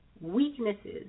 weaknesses